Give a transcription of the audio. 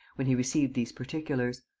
when he received these particulars.